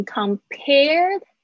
compared